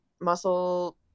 muscle